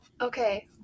okay